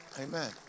amen